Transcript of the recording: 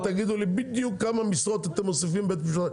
תגידו לי בדיוק כמה משרות אתם מוסיפים לבית משפט.